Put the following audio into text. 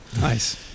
nice